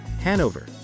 Hanover